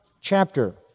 chapter